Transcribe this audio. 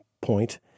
point